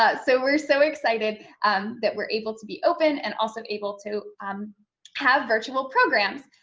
ah so we're so excited that we're able to be open and also able to um have virtual programs.